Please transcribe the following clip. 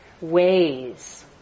ways